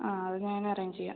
ആ അത് ഞാൻ അറേഞ്ച് ചെയ്യാം